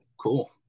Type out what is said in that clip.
cool